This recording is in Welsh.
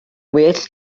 well